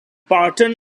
barton